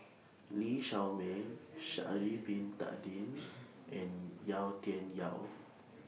Lee Shao Meng Sha'Ari Bin Tadin and Yau Tian Yau